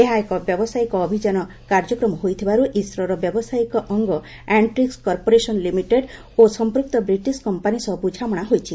ଏହା ଏକ ବ୍ୟାବସାୟିକ ଅଭିଯାନ କାର୍ଯ୍ୟକ୍ରମ ହୋଇଥିବାରୁ ଇସ୍ରୋର ବ୍ୟାବସାୟିକ ଅଙ୍ଗ ଆର୍ଷ୍ଟିକ୍ କର୍ପୋରେସନ୍ ଲିମିଟେଡ୍ ଓ ସଂପୂକ୍ତ ବ୍ରିଟିଶ କମ୍ପାନି ସହ ବୁଝାମଣା ହୋଇଛି